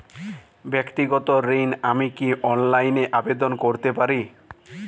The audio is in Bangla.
ব্যাক্তিগত ঋণ আমি কি অনলাইন এ আবেদন করতে পারি?